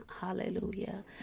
hallelujah